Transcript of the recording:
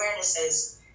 awarenesses